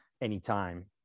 anytime